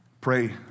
pray